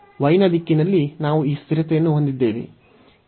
Y ನ ದಿಕ್ಕಿನಲ್ಲಿ ನಾವು ಈ ಸ್ಥಿರತೆಯನ್ನು ಹೊಂದಿದ್ದೇವೆ